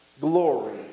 glory